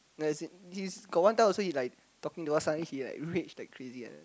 like as in he's got one time also he like talking to us suddenly he like rage like crazy like that